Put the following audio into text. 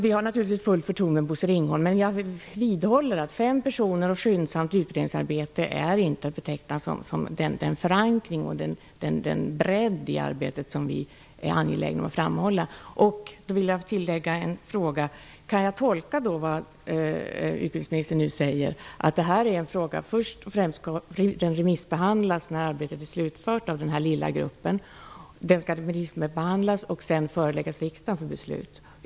Vi har naturligtvis fullt förtroende för Bosse Ringholm, men jag vidhåller att fem personer och skyndsamt utredningsarbete inte är att beteckna som den förankring och den bredd i arbetet som vi är angelägna om att framhålla. Jag vill tillägga en fråga: Kan jag tolka det utbildningsministern nu säger så att den här frågan först och främst skall remissbehandlas när arbetet i den här lilla gruppen är slutfört och att den sedan skall föreläggas riksdagen för beslut?